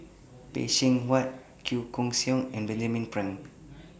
Phay Seng Whatt Chua Koon Siong and Benjamin Frank